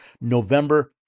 November